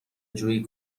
جویی